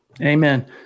Amen